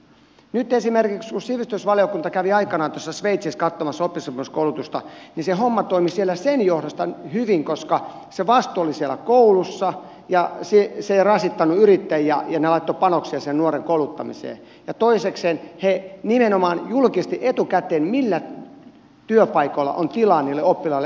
esimerkiksi kun sivistysvaliokunta kävi aikanaan sveitsissä katsomassa oppisopimuskoulutusta niin se homma toimi siellä hyvin sen johdosta koska se vastuu oli siellä koulussa ja se ei rasittanut yrittäjiä ja he laittoivat panoksen sen nuoren kouluttamiseen ja toisekseen he nimenomaan julkistivat etukäteen millä työpaikalla on tilaa niille oppilaille